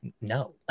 no